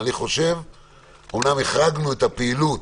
אומנם החרגנו את הפעילות